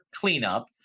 Cleanup